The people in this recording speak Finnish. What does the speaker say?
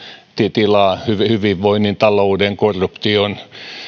tilaa hyvinvoinnin talouden korruption